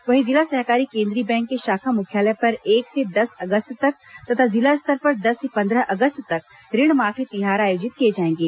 वहीं जिला सहकारी केंद्रीय बैंक के शाखा मुख्यालय पर एक से दस अगस्त तथा जिला स्तर पर दस से पंद्रह अगस्त तक ऋणमाफी तिहार आयोजित किए जाएंगे